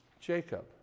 Jacob